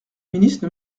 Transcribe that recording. ministre